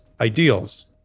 ideals